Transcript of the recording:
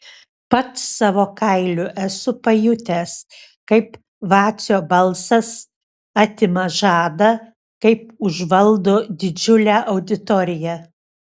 pats savo kailiu esu pajutęs kaip vacio balsas atima žadą kaip užvaldo didžiulę auditoriją